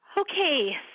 Okay